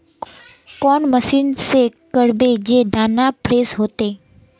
कौन मशीन से करबे जे दाना फ्रेस होते?